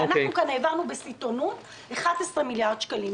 ואנחנו כאן העברנו בסיטונות 11 מיליארד שקלים.